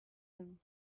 him